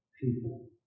people